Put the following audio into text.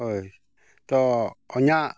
ᱦᱳᱭ ᱛᱚ ᱚᱧᱟᱹᱜ